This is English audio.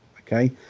okay